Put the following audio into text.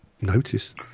notice